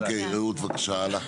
אוקיי רעות בבקשה הלאה.